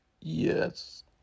Yes